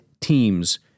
teams